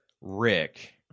Rick